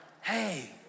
Hey